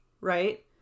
right